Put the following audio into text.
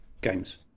games